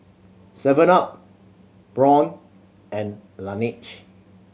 Seven up Braun and Laneige